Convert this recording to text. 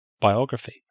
biography